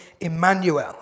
Emmanuel